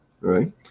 right